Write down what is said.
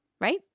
Right